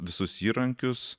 visus įrankius